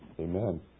amen